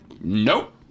nope